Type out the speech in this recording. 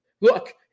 look